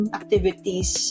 activities